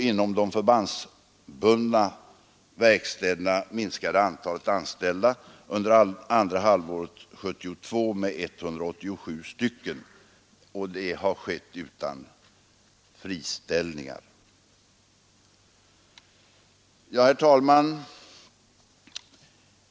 Inom de förbandsbundna verkstäderna minskade antalet anställda under andra halvåret 1972 med 187 personer och detta har kunnat ske utan friställningar. Herr talman!